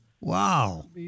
Wow